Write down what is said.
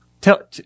tell